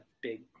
big